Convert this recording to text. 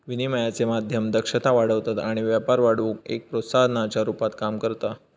विनिमयाचे माध्यम दक्षता वाढवतत आणि व्यापार वाढवुक एक प्रोत्साहनाच्या रुपात काम करता